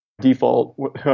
default